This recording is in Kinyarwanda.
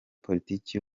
politiki